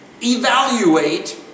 evaluate